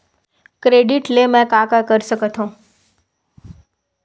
Credit ले मैं का का कर सकत हंव?